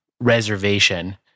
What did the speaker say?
reservation